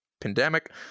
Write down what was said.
pandemic